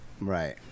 Right